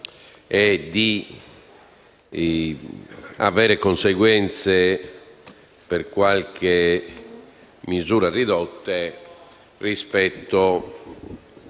e di subire conseguenze per qualche misura ridotte rispetto